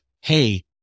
Hey